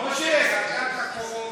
ועדת הקורונה.